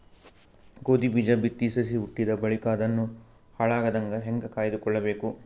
ಗೋಧಿ ಬೀಜ ಬಿತ್ತಿ ಸಸಿ ಹುಟ್ಟಿದ ಬಳಿಕ ಅದನ್ನು ಹಾಳಾಗದಂಗ ಹೇಂಗ ಕಾಯ್ದುಕೊಳಬೇಕು?